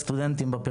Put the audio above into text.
במכללות